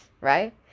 right